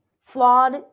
flawed